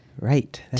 Right